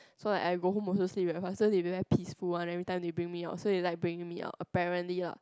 so like I go home also sleep very fast so they do very peaceful one every time they bring me out so they like to bring me out apparently ah